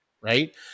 right